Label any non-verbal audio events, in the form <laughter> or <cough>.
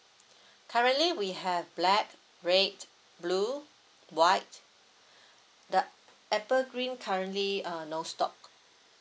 currently we have black red blue white <breath> the apple green currently uh no stock